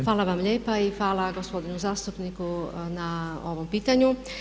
Hvala vam lijepa i hvala gospodinu zastupniku na ovom pitanju.